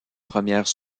premières